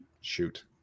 Shoot